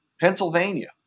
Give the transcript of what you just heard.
Pennsylvania